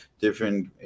different